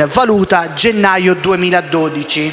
a valuta gennaio 2012».